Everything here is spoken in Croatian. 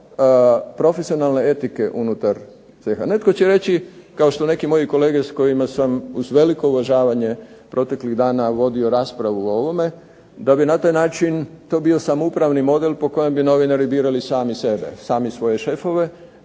profesionalne etike unutar ceha. Netko će reći, kao što neki moji kolege s kojima sam uz veliko uvažavanje proteklih dana vodio raspravu o ovome, da bi na taj način to bio samo upravni model po kojem bi novinari birali sami sebe, sami svoje šefove,